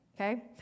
Okay